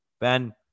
Ben